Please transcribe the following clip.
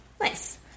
Nice